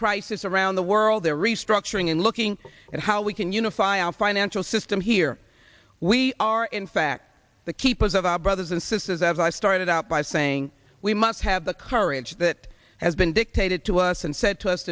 crisis around the world they're restructuring and looking at how we can unify our financial system here we are in fact the keepers of our brothers and sisters as i started out by saying we must have the courage that has been dictated to us and said to us